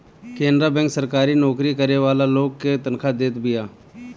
Canara bank सरकारी नोकरी करे वाला लोग के तनखा देत बिया